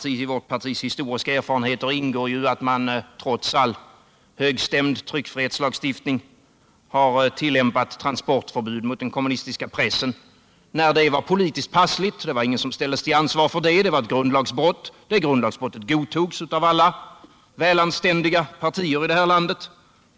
I vårt partis historiska erfarenheter ingår att man trots all högstämd tryckfrihetslagstiftning tillåtit transportförbud mot den kommunistiska pressen när det var politiskt passligt — och det var ingen som ställdes till ansvar för det. Det var ett grundlagsbrott — men brottet godtogs av alla anständiga partier i det här landet.